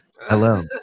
Hello